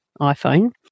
iPhone